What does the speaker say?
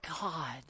God